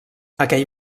aquell